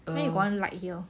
why you got one like here